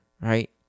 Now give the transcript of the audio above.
right